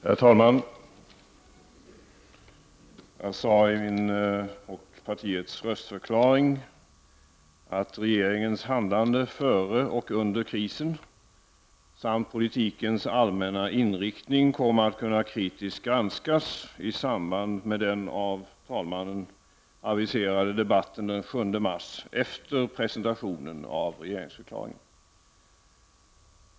Herr talman! I min och centerpartiets röstförklaring sade jag att regeringens handlande före och under krisen samt politikens allmänna inriktning kommer att kritiskt kunna granskas i samband med den av talmannen aviserade debatten den 7 mars efter presentationen av regeringsförklaringen.